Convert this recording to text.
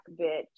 bitch